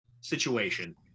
situation